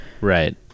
Right